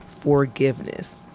forgiveness